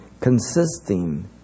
consisting